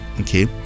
Okay